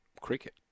cricket